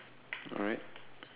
alright